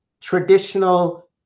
traditional